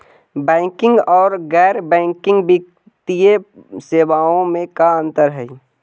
Banking और गैर banking वित्तीय सेवाओं में का अंतर हइ?